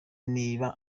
niba